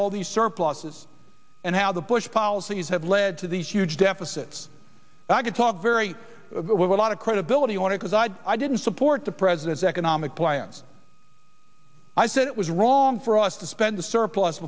all these surpluses and how the bush policies have led to these huge deficits and i could talk very with a lot of credibility on a because i didn't support the president's economic plans i said it was wrong for us to spend the surplus